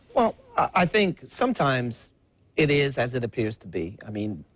well, i think sometimes it is as it appears to be. i mean,